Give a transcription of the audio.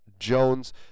Jones